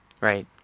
Right